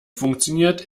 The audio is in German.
funktioniert